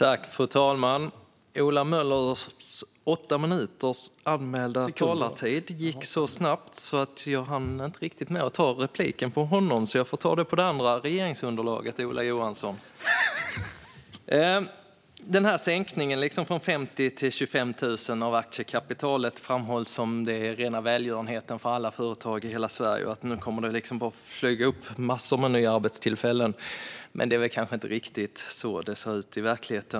Fru talman! Ola Möllers anmälda åtta minuters talartid gick så snabbt att jag inte riktigt hann ta replik på honom, så jag får ta replik på den andra företrädaren för regeringsunderlaget, Ola Johansson, i stället. Sänkningen av aktiekapitalet från 50 000 till 25 000 framställs som rena välgörenheten för alla företag i hela Sverige och som om det nu kommer att flyga upp massor med nya arbetstillfällen. Men det är kanske inte riktigt så det ser ut i verkligheten.